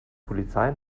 polizei